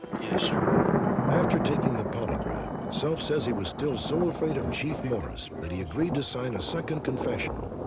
yes, sir. narrator after taking the polygraph, self says he was still so afraid of chief morris that he agreed to sign a second confession.